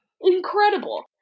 incredible